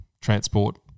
transport